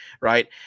Right